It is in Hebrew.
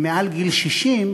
מעל גיל 60,